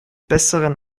besseren